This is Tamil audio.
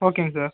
ஓகேங்க சார்